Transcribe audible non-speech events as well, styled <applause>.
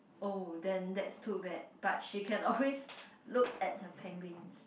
oh then that's too bad but she can always <laughs> look at the penguins